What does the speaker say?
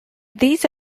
these